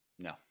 No